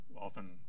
often